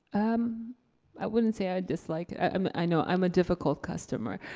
um i wouldn't say i dislike it. um i know, i'm a difficult customer.